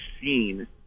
seen